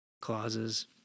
clauses